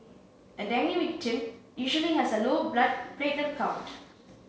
a dengue victim usually has a low blood platelet count